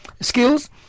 skills